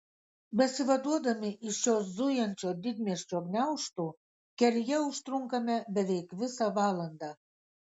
besivaduodami iš šio zujančio didmiesčio gniaužtų kelyje užtrunkame beveik visą valandą